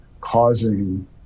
causing